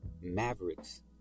mavericks